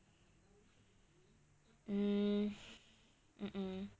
mm mm mm